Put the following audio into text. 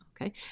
Okay